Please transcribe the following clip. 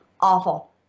awful